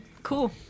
cool